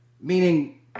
Meaning